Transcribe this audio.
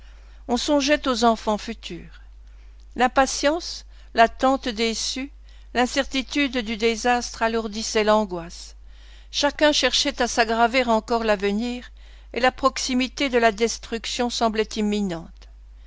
on songeait aux enfants futurs l'impatience l'attente déçue l'incertitude du désastre alourdissaient l'angoisse chacun cherchait à s'aggraver encore l'avenir et la proximité de la destruction semblait imminente